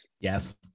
Yes